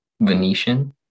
Venetian